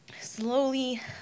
slowly